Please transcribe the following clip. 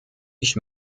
ich